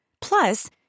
Plus